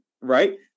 right